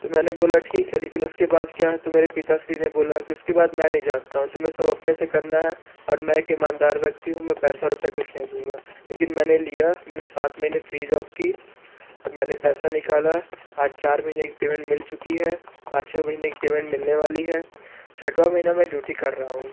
तो मैंने बोला ठीक है लेकिन उसके बाद क्या है तो मेरे पिता श्री ने बोला कि उसके बाद मैं नहीं जानता हूँ तुम्हे सब अपने से करना है और मैं एक ईमानदार व्यक्ति हूँ मैं पैसे रुपये कुछ नहीं दूँगा लेकिन मैंने लिया मैंने सात महीने फ्री जॉब की मैंने पैसा निकाला आज चार महीने की पेमेंट मिल चुकी है पाँचवे महीने की पेमेंट मिलने वाली है छठवाँ महिना मैं ड्यूटी कर रहा हूँ